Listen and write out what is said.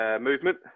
movement